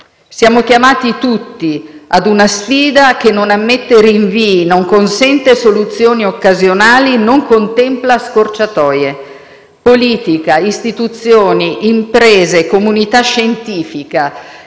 Siamo chiamati tutti ad una sfida che non ammette rinvii, non consente soluzioni occasionali, non contempla scorciatoie. Politica, istituzioni, imprese, comunità scientifica: